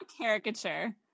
caricature